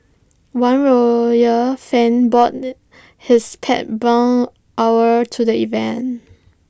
one royal fan bought his pet barn our to the event